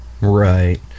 Right